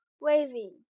waving